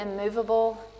immovable